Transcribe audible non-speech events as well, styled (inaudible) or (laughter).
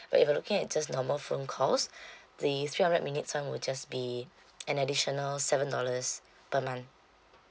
but if you are looking at just normal phone calls (breath) the hundred minutes [one] will just be an additional seven dollars per month